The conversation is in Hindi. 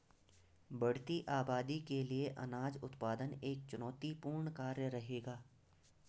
बढ़ती आबादी के लिए अनाज उत्पादन एक चुनौतीपूर्ण कार्य रहेगा